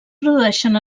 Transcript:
produeixen